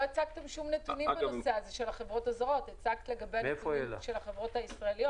לא הצגתם שום נתונים לגבי החברות הזרות.